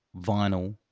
vinyl